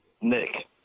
Nick